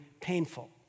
painful